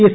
S